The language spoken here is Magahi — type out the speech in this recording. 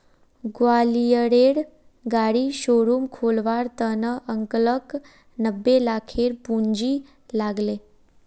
ग्वालियरेर गाड़ी शोरूम खोलवार त न अंकलक नब्बे लाखेर पूंजी लाग ले